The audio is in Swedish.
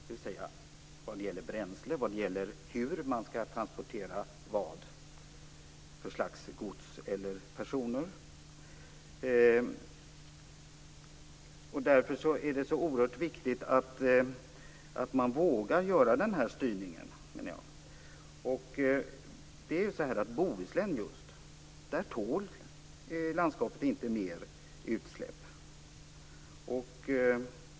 Det gäller bränsle och hur man skall transportera vilket gods eller vilka personer. Därför är det så oerhört viktigt att man vågar göra denna styrning. I just Bohuslän tål landskapet inte mer utsläpp.